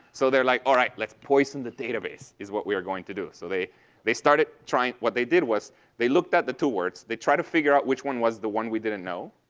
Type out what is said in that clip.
so they're like, all right. let's poison the database, is what we are going to do. so they they started trying. what they did was they looked at the two words. they tried to figure out which one was the one we didn't know.